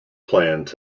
plans